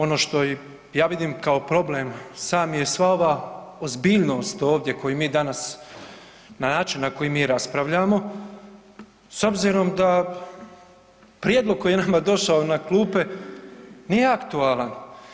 Ono što ja vidim kao problem sam je sva ova ozbiljnost ovdje koju mi danas na način na koji mi raspravljamo s obzirom da prijedlog koji je nama došao na klupe nije aktualan.